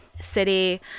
city